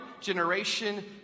generation